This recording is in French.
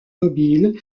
mobiles